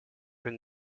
been